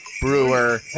Brewer